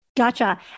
Gotcha